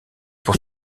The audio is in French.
pour